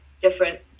different